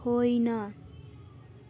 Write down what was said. होइन